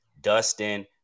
Dustin